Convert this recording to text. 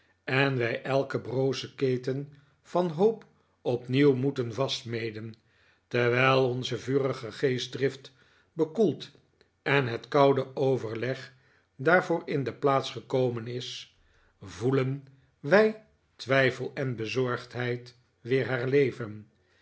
en wij elke broze keten van hoop opnieuw moeten vastsmeden terwijl onze vurige geestdrift bekoeld en het koude overleg daarvoor in de plaats gekomen is voelen wij twijfel en bezorgdheid weer herleven